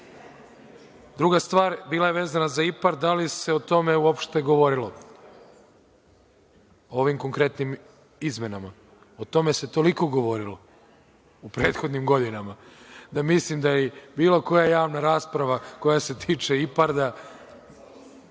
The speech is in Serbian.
stvar bila je vezana za IPARD, da li se o tome uopšte govorilo u ovim konkretnim izmenama? O tome se toliko govorilo u prethodnim godinama, da mislim da bilo koja javna rasprava koja se tiče IPARD-a,